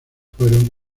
fueron